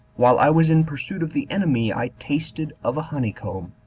while i was in pursuit of the enemy, i tasted of a honey-comb.